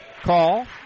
call